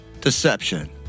deception